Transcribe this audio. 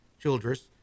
Childress